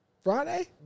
Friday